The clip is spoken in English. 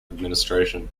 administration